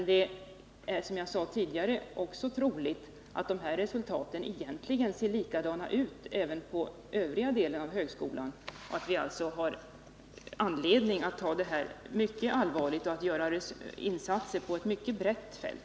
Det är, som jag sade tidigare, också troligt att dessa resultat egentligen ser likadana ut även för övriga delar av högskolan. Vi har alltså anledning att ta detta mycket allvarligt och att göra insatser på ett mycket brett fält.